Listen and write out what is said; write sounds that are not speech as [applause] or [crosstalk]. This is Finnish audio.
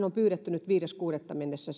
[unintelligible] on pyydetty nyt viides kuudetta mennessä [unintelligible]